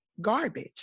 garbage